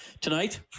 tonight